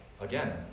Again